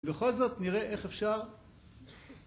ובכל זאת נראה איך אפשר